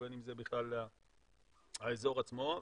ובין אם זה בכלל האזור עצמו.